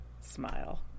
Smile